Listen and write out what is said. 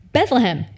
Bethlehem